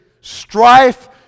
strife